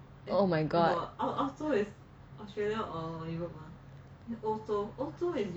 oh my god